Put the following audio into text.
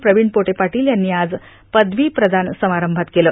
प्रविण पोटे पाटील यांनी आज पदवी प्रदान समारंभात केलं